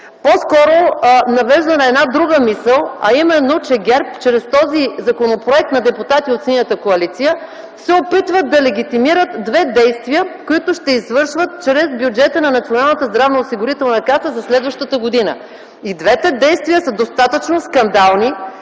по-скоро навежда на една друга мисъл, а именно, че ГЕРБ, чрез този законопроект на депутати от Синята коалиция, се опитват да легитимират две действия, които ще извършват чрез бюджета на Националната здравноосигурителна каса за следващата година. Двете действия са достатъчно скандални,